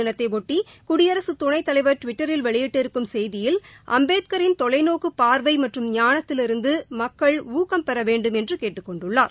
தினத்தையொட்டி குடியரசுத் துணைத் அம்பேத்கர் நினைவு தலைவர் டுவிட்டரில் வெளியிட்டிருக்கும் செய்தியில் அம்பேத்கரின் தொலைநோக்குப் பார்வை மற்றும் ஞானத்திலிருந்து மக்கள் ஊக்கம் பெற வேண்டும் என்று கேட்டுக் கொண்டுள்ளார்